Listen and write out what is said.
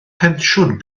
pensiwn